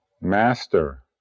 Master